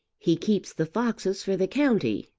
he keeps the foxes for the county,